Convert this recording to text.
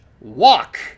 walk